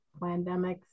pandemics